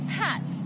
hat